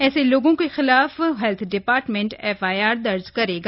ऐसे लोगों के खिलाफ health department F I R दर्ज करेगा